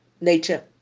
nature